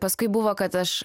paskui buvo kad aš